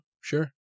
Sure